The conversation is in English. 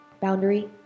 Boundary